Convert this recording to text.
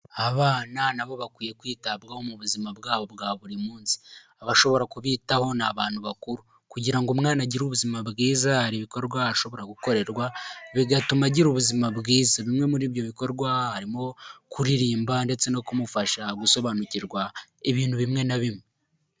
Abana nabo bakwiye kwitabwaho mu buzima bwabo bwa buri munsi, aba ashobora kubitaho ni abantu bakuru, kugira ngo umwana agire ubuzima bwiza hari ibikorwa ashobora gukorerwa bigatuma agira ubuzima bwiza, bimwe muri ibyo bikorwa harimo kuririmba ndetse no kumufasha gusobanukirwa ibintu bimwe na bimwe.